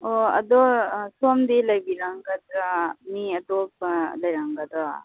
ꯑꯣ ꯑꯗꯣ ꯁꯣꯝꯗꯤ ꯂꯩꯕꯤꯔꯝꯒꯗ꯭ꯔꯥ ꯃꯤ ꯑꯇꯣꯞꯄ ꯂꯩꯔꯝꯒꯗ꯭ꯔꯣ